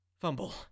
Fumble